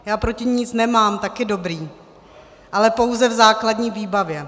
Já proti ní nic nemám, taky dobrý, ale pouze v základní výbavě.